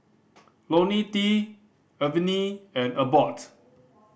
Ionil T Avene and Abbott